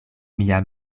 mia